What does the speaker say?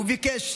וביקש: